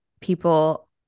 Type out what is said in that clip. people